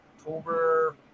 October